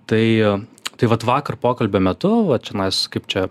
tai tai vat vakar pokalbio metu vat čionais kaip čia